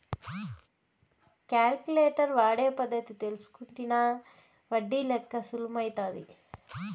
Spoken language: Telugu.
కాలిక్యులేటర్ వాడే పద్ధతి తెల్సుకుంటినా ఒడ్డి లెక్క సులుమైతాది